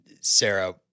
Sarah